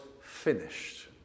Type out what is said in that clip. finished